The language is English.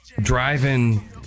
driving